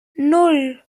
nan